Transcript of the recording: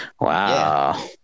Wow